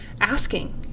asking